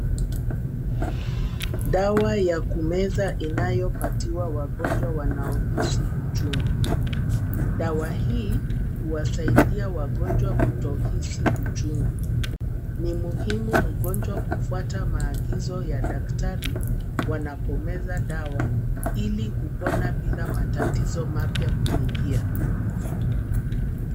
Dawa ya kumeza inayopatiwa wagonjwa wanaohisi uchungu. Dawa hii huwasaidia wagonjwa kutohisi uchungu. Ni muhimu mgonjwa kufuata maagizo ya daktari wanapomeza dawa ili kupona bila matatizo mapya kuingia.